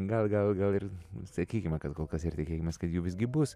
gal gal gal ir sakykime kad kol kas ir tikėkimės kad jų visgi bus